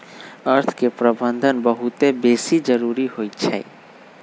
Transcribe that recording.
अर्थ के प्रबंधन बहुते बेशी जरूरी होइ छइ